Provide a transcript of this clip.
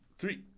three